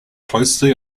closely